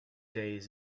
days